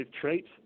traits